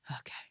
Okay